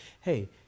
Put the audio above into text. hey